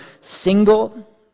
single